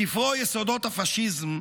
בספרו "יסודות הפשיזם"